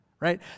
right